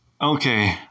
Okay